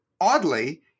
oddly